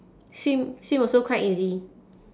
swim swim also quite easy